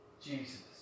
Jesus